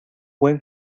buen